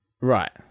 right